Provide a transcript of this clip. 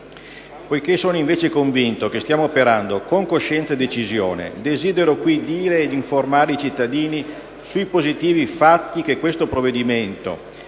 Poiché sono convinto che stiamo operando con coscienza e decisione, desidero qui dire ed informare i cittadini sui positivi fatti che questo provvedimento